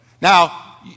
Now